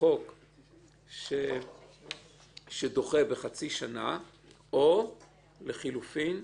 חוק שדוחה בחצי שנה או, לחילופין,